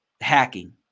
hacking